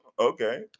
Okay